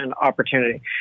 opportunity